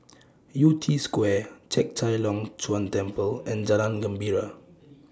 Yew Tee Square Chek Chai Long Chuen Temple and Jalan Gembira